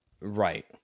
Right